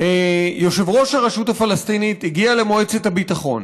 יושב-ראש הרשות הפלסטינית הגיע למועצת הביטחון